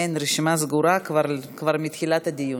אין, הרשימה סגורה כבר מתחילת הדיון,